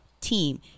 team